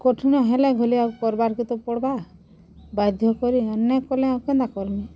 କଠିନ ହେଲେ ଭଲି ଆର୍ କରବାର୍ କେ ତ ପଡ଼୍ବା ବାଧ୍ୟକରି ନାଇଁକଲେ ଆଉ କେନ୍ତା କର୍ମି